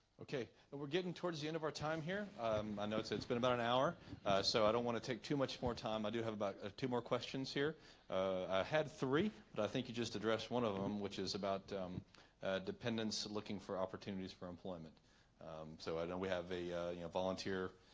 ok and we're getting towards the end of our time here um i know it's it's been about an hour so i don't want to take too much more time i do have about ah two more questions here i had three but i think you just address one of them which is about dependents looking for opportunities for employment so we have a you know volunteer